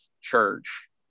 church